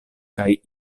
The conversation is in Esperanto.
kaj